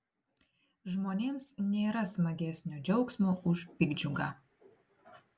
žmonėms nėra smagesnio džiaugsmo už piktdžiugą